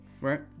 Right